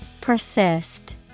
Persist